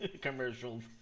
commercials